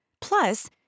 Plus